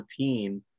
14